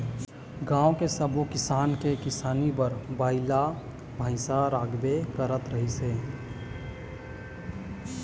गाँव के सब्बो किसान के किसानी बर बइला भइसा राखबे करत रिहिस हे